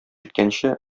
иткәнче